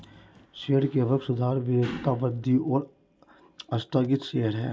शेयरों के वर्ग साधारण, वरीयता, वृद्धि और आस्थगित शेयर हैं